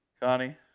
Connie